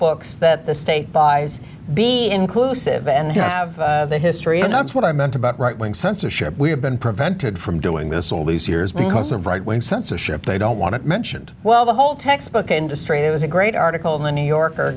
textbooks that the state buys be inclusive and have the history enough is what i meant about right wing censorship we have been prevented from doing this all these years because of right wing censorship they don't want to mentioned well the whole textbook industry it was a great article in the new yorker